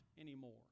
anymore